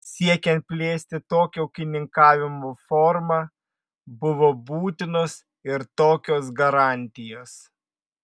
siekiant plėsti tokią ūkininkavimo formą buvo būtinos ir tokios garantijos